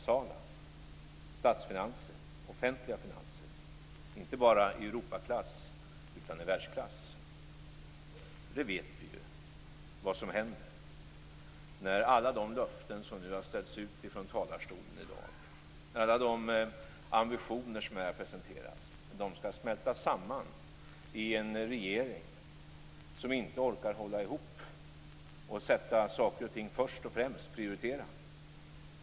Men han glömde det basala: statsfinanser, offentliga finanser, inte bara i Europaklass utan i världsklass. För vi vet ju vad som händer när alla de löften som nu har ställts ut från talarstolen i dag, när alla de ambitioner som här har presenterats, skall smälta samman i en regering som inte orkar hålla ihop, sätta saker och ting främst, prioritera.